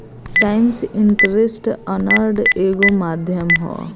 times interest earned एगो माध्यम ह